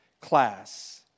class